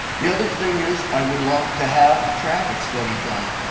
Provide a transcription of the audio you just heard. the other thing is, i would love to have a traffic study done.